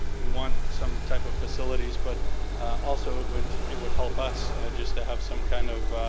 we want some type of facilities, but also it would it would help us just to have some kind of